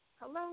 Hello